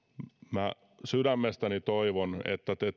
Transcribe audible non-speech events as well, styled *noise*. minä sydämestäni toivon että te *unintelligible*